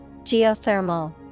Geothermal